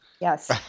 Yes